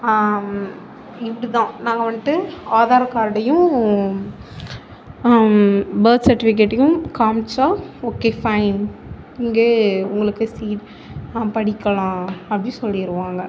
இப்படித்தான் நாங்கள் வந்துட்டு ஆதார் கார்டையும் பேர்த் சர்டிவிக்கெட்டையும் காமித்தோம் ஓகே ஃபைன் இங்கேயே உங்களுக்கு சி படிக்கலாம் அப்படி சொல்லிடுவாங்க